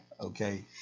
Okay